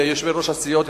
ליושבי-ראש הסיעות,